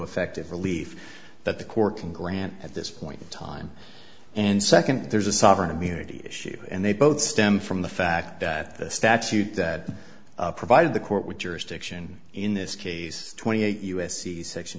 effective relief that the court can grant at this point in time and second there's a sovereign immunity issue and they both stem from the fact that the statute that provided the court with jurisdiction in this case twenty eight u s c section